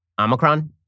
Omicron